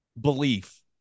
belief